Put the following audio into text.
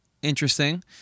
Interesting